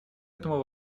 этому